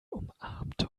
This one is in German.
umarmte